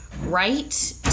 right